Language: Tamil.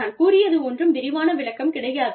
நான் கூறியது ஒன்றும் விரிவான விளக்கம் கிடையாது